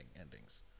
endings